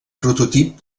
prototip